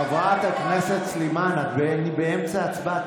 חברת הכנסת סלימאן, אני באמצע הצבעה.